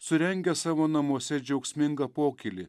surengė savo namuose džiaugsmingą pokylį